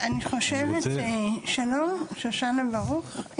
שלום, שושנה ברוך.